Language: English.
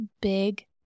big